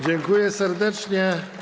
Dziękuję serdecznie.